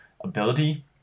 ability